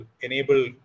enable